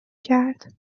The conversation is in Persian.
کرد